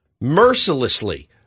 mercilessly